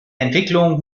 entwicklung